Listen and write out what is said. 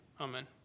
Amen